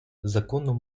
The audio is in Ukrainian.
законом